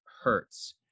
hurts